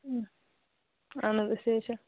اَہن حظ أسۍ حظ چھِ